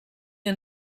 and